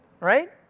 right